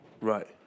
Right